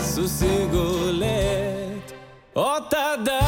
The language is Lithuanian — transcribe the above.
susigulėt o tada